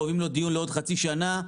קובעים לו דיון לעוד חצי שנה,